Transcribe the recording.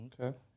Okay